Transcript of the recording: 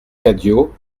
cadio